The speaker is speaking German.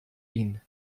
ihn